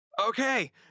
Okay